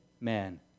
man